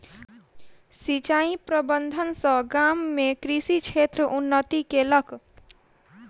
सिचाई प्रबंधन सॅ गाम में कृषि क्षेत्र उन्नति केलक